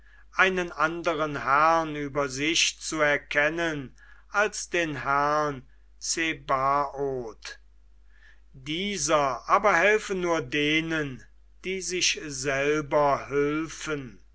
einen anderen herrn über sich zu erkennen als den herrn zebaoth dieser aber helfe nur denen die sich selber